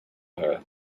her